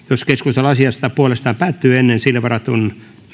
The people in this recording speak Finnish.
keskustelu asiasta puolestaan päättyy ennen sille varatun